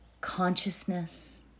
consciousness